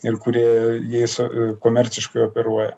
ir kurie jais komerciškai operuoja